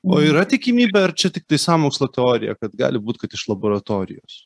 o yra tikimybė ar čia tiktai sąmokslo teorija kad gali būt kad iš laboratorijos